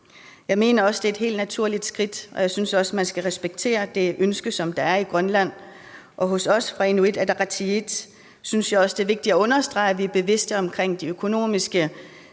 Jeg mener, det er et helt naturligt skridt, og jeg synes også, at man skal respektere det ønske, der er i Grønland. Hos os i Inuit Ataqatigiit synes vi også, at det er vigtigt at understrege, at vi er bevidste om de økonomiske